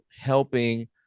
helping